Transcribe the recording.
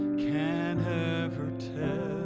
can ever tell